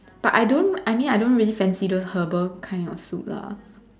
but I don't I mean I don't really fancy those herbal kind of soup lah